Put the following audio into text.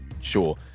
sure